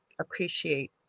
appreciate